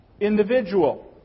individual